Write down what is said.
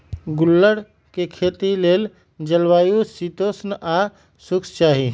गुल्लर कें खेती लेल जलवायु शीतोष्ण आ शुष्क चाहि